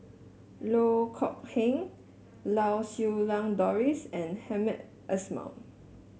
Loh Kok Heng Lau Siew Lang Doris and Hamed Ismail